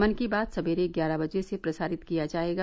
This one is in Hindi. मन की बात सवेरे ग्यारह बजे से प्रसारित किया जाएगा